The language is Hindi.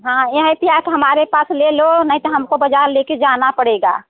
हाँ यह है कि आप हमारे पास ले लो नहीं तो हमको बाज़ार लेकर जाना पड़ेगा